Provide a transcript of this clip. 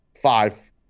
five